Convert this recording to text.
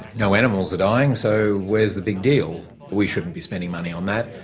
no animals are dying, so where's the big deal? we shouldn't be spending money on that.